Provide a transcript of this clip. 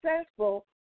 successful